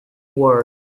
worse